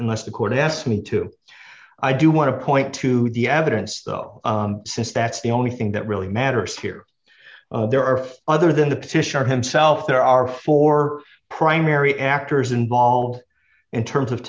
unless the court asked me to i do want to point to the evidence since that's the only thing that really matters here there are other than the petitioner himself there are four primary actors involved in terms of